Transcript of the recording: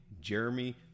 Jeremy